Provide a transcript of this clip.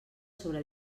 sobre